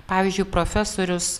pavyzdžiui profesorius